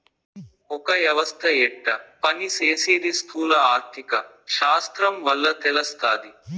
ఒక యవస్త యెట్ట పని సేసీది స్థూల ఆర్థిక శాస్త్రం వల్ల తెలస్తాది